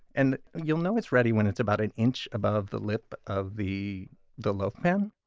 and you'll know it's ready when it's about an inch above the lip of the the loaf pan,